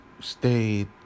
stayed